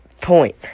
point